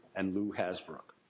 and lou hasbrouck.